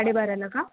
साडे बाराला का